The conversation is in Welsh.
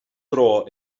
dro